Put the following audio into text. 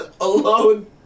Alone